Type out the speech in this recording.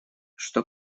что